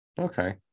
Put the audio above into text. okay